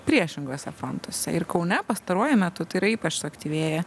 priešinguose frontuose ir kaune pastaruoju metu tai yra ypač suaktyvėję